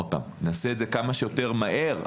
נעשה את זה כמה שיותר מהר,